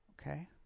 okay